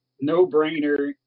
no-brainer